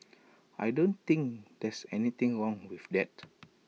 I don't think there's anything wrong with that